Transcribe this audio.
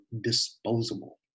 disposable